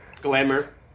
Glamour